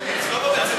כן,